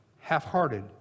half-hearted